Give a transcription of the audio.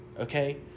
okay